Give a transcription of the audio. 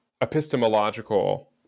epistemological